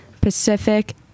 pacific